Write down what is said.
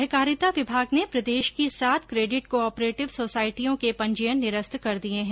सहकारिता विभाग ने प्रदेश की सात केडिट कोऑपरेटिव सोसायटियों के पंजीयन निरस्त कर दिये है